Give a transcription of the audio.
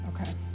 Okay